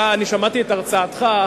שמעתי את הרצאתך,